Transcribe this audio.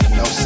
no